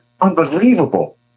unbelievable